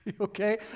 Okay